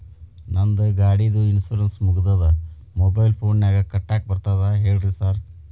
ನಂದ್ ಗಾಡಿದು ಇನ್ಶೂರೆನ್ಸ್ ಮುಗಿದದ ಮೊಬೈಲ್ ಫೋನಿನಾಗ್ ಕಟ್ಟಾಕ್ ಬರ್ತದ ಹೇಳ್ರಿ ಸಾರ್?